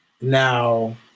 now